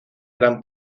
gran